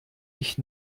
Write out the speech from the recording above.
ich